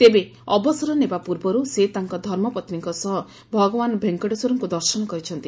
ତେବେ ଅବସର ନେବା ପୂର୍ବରୁ ସେ ତାଙ୍କ ଧର୍ମପତ୍ନୀଙ୍କ ସହ ଭଗବାନ ଭେଙ୍କଟେଶ୍ୱରଙ୍କୁ ଦର୍ଶନ କରିଛନ୍ତି